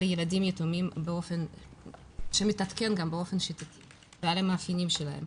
ילדים יתומים שמתעדכן גם באופן שיטתי ועל המאפיינים שלהם,